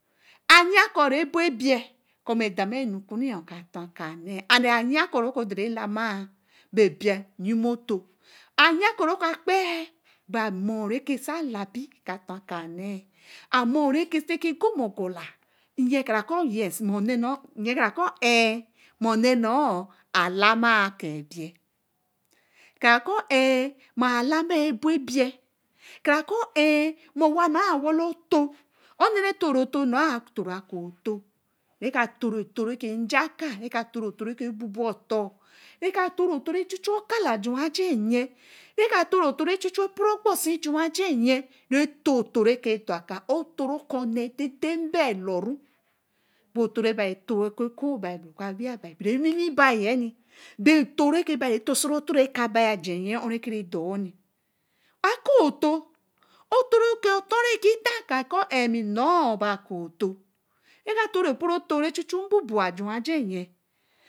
Ayaa kɔ̄ rebor'bie deman-ue ka tor akaa ne-e and ayaa kɔ ro dori lamac be ɛbii nyime uto. Ayaa kɔ̄ roka kpee-e be amo re sa larbi ka tou akaa nee amoo reka teke gomagola nyii kara kɔ̄ eh oneh nor alamai akaabii kara kɔ̄ ɛh ma alamai ɛbo ɛbii kara kɔ̄ ɛh mai owanuu awali otou oneh reke tou-oh-tou nor awali-otou, reka tou-oh-tou reke nji akaa reke tou-oh-otou reka buabua otōr reka tou-oh-tou reka achu-chu okalā juu aja nyi reka tou-oh-tou reke chu-chu pro obosi juu ajr nyii retou-otou reke dorakɛɛ otou reke okɔ̄ne ɛdēde mbeel lo-ue be atou rebi tou oku ɛkoo bi bra oku awee bi bra owiwi-bi be otou rebi tou si si ɛka bi oh reke ɛdo-oh akaa otou uto-reke ke-dan ka kɔ ɛɛh noū ba kaa otou reka tou poo atou reke chu-chu nbubuū jūū aje nyii